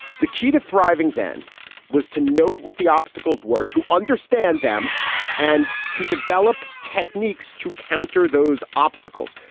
the key to thriving then was to note what the obstacles were, to understand them and to develop techniques to counter those obstacles.